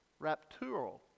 raptural